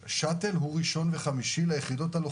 שאט"ל הוא בימים ראשון וחמישי ליחידות הלוחמות.